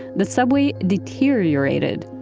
the subway deteriorated,